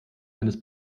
eines